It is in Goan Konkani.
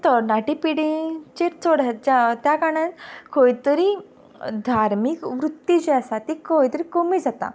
तरणाटे पिडींचेर चड जा जा त्या कारणान खंयतरी धार्मीक वृत्ती जी आसा ती खंयतरी कमी जाता